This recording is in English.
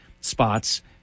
spots